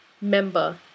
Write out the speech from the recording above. member